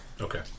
Okay